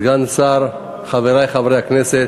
סגן השר, חברי חברי הכנסת,